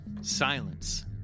silence